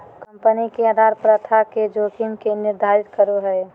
company के उधार प्रथा के जोखिम के निर्धारित करो हइ